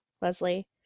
Leslie